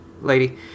lady